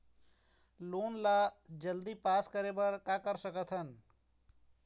Loan ला जल्दी pass करे बर का कर सकथन?